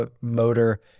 motor